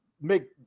make